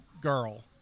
girl